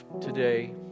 today